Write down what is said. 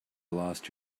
lost